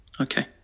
Okay